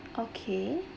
okay